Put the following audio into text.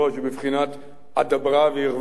זה בבחינת "אדברה, וירווח לי".